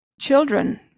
children